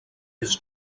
his